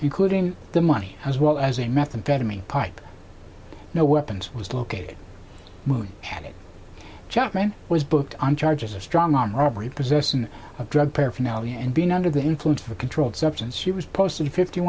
including the money as well as a method better me pipe no weapons was located had chapman was booked on charges of strong armed robbery possession of drug paraphernalia and being under the influence of a controlled substance she was posting fifty